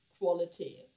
quality